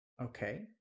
Okay